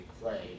play